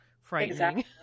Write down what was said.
frightening